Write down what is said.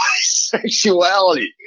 sexuality